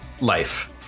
life